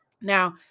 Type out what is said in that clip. Now